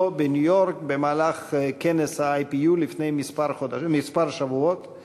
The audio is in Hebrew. בניו-יורק במהלך כנס ה-IPU לפני שבועות מספר,